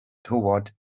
toward